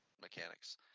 mechanics